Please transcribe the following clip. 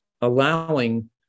allowing